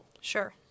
sure